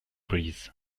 breeze